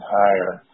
higher